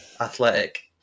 Athletic